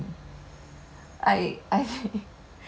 it's like a plus point if he can cook but